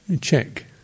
check